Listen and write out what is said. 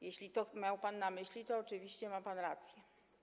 Jeśli to miał pan na myśli, to oczywiście ma pan rację.